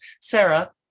Sarah